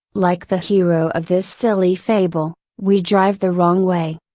like the hero of this silly fable, we drive the wrong way.